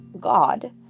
God